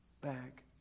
back